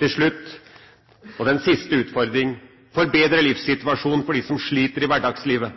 Til slutt den siste utfordringa – å forbedre livssituasjonen for dem som sliter i hverdagslivet.